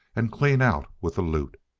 and clean out with the loot.